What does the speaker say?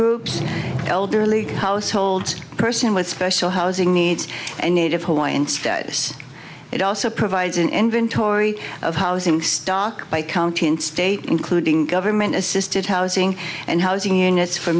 groups and elderly households person with special housing needs and native hawaiian status it also provides an inventory of housing stock by county and state including government assisted housing and housing units for